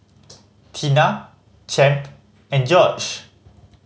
Tina Champ and George